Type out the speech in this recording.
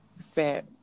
Fat